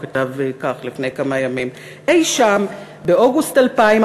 הוא כתב כך לפני כמה ימים: "אי-שם באוגוסט 2014